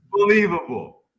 Unbelievable